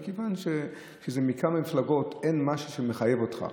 מכיוון שכשזה מכמה מפלגות ואין משהו שמחייב אותך.